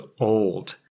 old